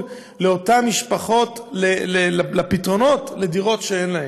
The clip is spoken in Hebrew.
לאותן משפחות לפתרונות לדירות שאין להן.